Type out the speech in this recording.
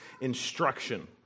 instruction